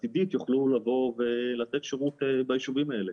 עתידית לבוא ולתת שירות בישובים האלה.